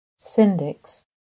Syndics